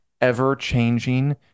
ever-changing